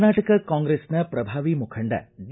ಕರ್ನಾಟಕ ಕಾಂಗ್ರೆಸ್ನ ಪ್ರಭಾವಿ ಮುಖಂಡ ಡಿ